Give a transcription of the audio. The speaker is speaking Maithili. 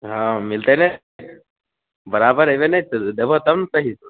हँ मिलतै नहि बराबर एबै नहि देबहो तब ने सही से